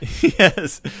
Yes